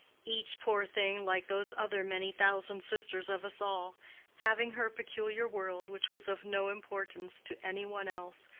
each, poor thing like those other many thousand sisters of us all having her peculiar world which was of no importance to any one else,